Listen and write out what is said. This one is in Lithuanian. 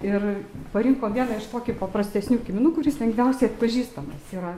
ir parinko vieną iš tokį paprastesnių kiminų kuris lengviausiai atpažįstamas yra